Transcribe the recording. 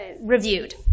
reviewed